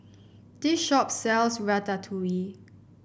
this shop sells ratatouille